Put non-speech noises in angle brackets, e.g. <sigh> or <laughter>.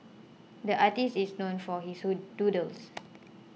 the artist is known for his <unintelligible> doodles